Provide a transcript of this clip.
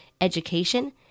education